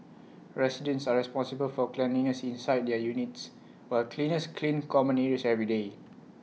residents are responsible for cleanliness inside their units while cleaners clean common areas every day